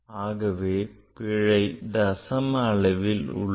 ஆகவே பிழை தசம அளவில் உள்ளது